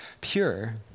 pure